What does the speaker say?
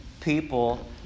people